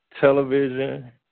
television